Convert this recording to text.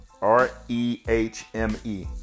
R-E-H-M-E